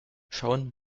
schauen